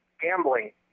gambling